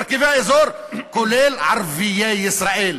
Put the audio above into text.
מרכיבי האזור, כולל ערביי ישראל.